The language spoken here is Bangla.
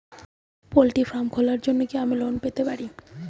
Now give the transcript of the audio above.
পোল্ট্রি ফার্ম খোলার জন্য কি আমি লোন পেতে পারি?